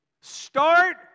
Start